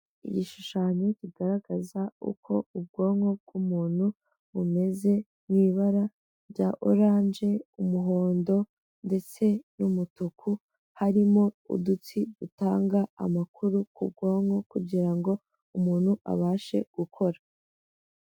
Igishushanyo kigaragaza uko ubwonko bw'umuntu bumeze mu ibara rya oranje, umuhondo ndetse n'umutuku, harimo udutsi dutanga amakuru ku bwonko kugira ngo umuntu abashe gukora.